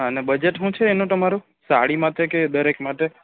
અને બજેટ શું છે એનું તમારું સાડી માટે કે દરેક માટે